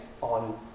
on